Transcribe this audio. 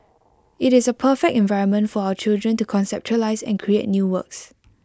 IT is A perfect environment for our children to conceptualise and create new works